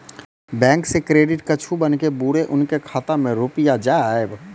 Bank से credit कद्दू बन के बुरे उनके खाता मे रुपिया जाएब?